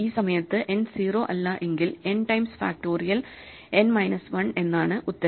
ഈ സമയത്ത് N 0 അല്ല എങ്കിൽ n times factorial n minus 1 എന്നാണ് ഉത്തരം